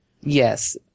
Yes